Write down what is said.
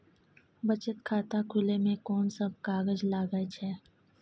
बचत खाता खुले मे कोन सब कागज लागे छै?